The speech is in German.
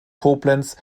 koblenz